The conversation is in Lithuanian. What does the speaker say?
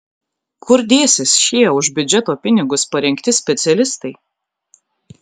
kur dėsis šie už biudžeto pinigus parengti specialistai